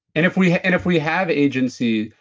and if we and if we have agency,